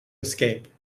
escape